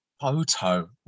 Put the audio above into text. Photo